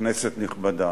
כנסת נכבדה,